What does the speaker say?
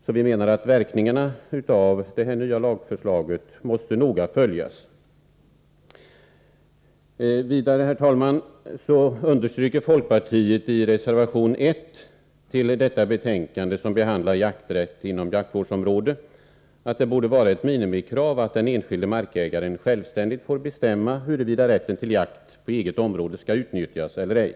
Vi menar således att verkningarna av det här nya lagförslaget noga måste följas. Vidare, herr talman, understryker vi i reservation 1 vid detta betänkande, som gäller jakträtt inom jaktvårdsområde, att det borde vara ett minimikrav att den enskilde markägaren självständigt får bestämma huruvida rätten till jakt på eget område skall utnyttjas eller ej.